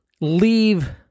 leave